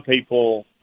people